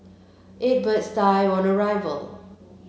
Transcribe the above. eight birds died on arrival